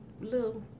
little